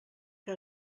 que